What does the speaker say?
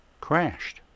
crashed